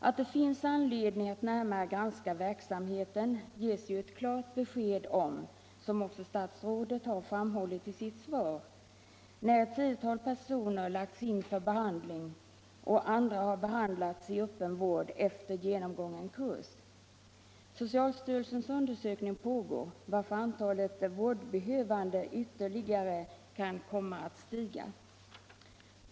Att det finns anledning att närmare granska verksamheten ges ett klart besked om, som också statsrådet har framhållit i sitt svar, när ett tiotal personer lagts in för behandling — och andra har behandlats i öppen vård —- efter genomgången kurs. Socialstyrelsens undersökning pågår och antalet vårdbehövande kan komma att stiga ytterligare.